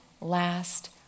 last